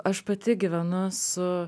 aš pati gyvenu su